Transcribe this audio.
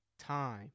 time